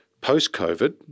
post-COVID